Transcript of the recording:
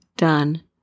done